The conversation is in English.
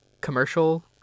commercial